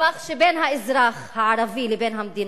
בטווח שבין האזרח הערבי לבין המדינה,